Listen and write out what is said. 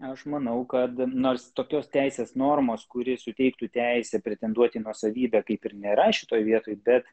aš manau kad nors tokios teisės normos kuri suteiktų teisę pretenduot į nuosavybę kaip ir nėra šitoj vietoj bet